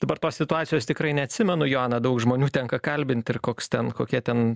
dabar tos situacijos tikrai neatsimenu joana daug žmonių tenka kalbint ir koks ten kokie ten